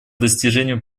достижению